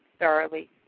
thoroughly